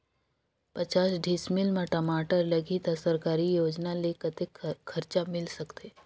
पचास डिसमिल मा टमाटर लगही त सरकारी योजना ले कतेक कर्जा मिल सकथे?